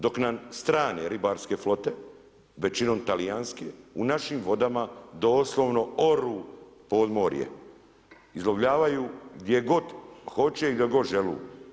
Dok nam strane ribarske flote, većinom talijanske u našim vodama doslovno oru podmorje, izlovljavaju gdje god hoće i gdje god žele.